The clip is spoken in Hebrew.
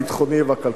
הביטחוני והכלכלי.